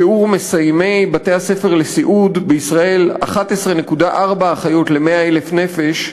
שיעור מסיימי בתי-הספר לסיעוד בישראל: 11.4 אחיות ל-100,000 נפש,